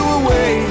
away